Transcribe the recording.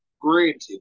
granted